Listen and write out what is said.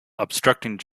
obstructing